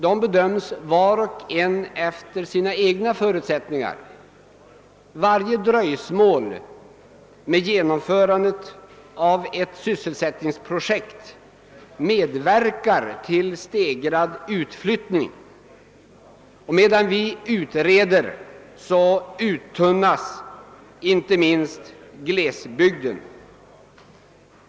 De bedöms var och en efter sina egna förutsättningar. Varje dröjsmål med genomförandet av ett sysselsättningsprojekt medverkar till stegrad utflyttning. Medan vi utreder uttunnas inte minst glesbygden.